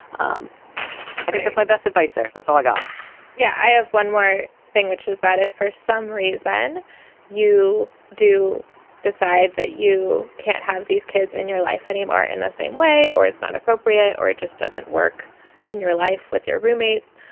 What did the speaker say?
um i think it's my best advice there. that's all i got yeah, i have one more thing, which is that if for some reason you do decide that you can't have these kids in your life anymore in the same way or it's not appropriate or it just doesn't work in your life with your roommates.